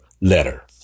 letter